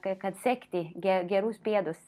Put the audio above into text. kakad d sekti gerus pėdus